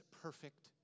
perfect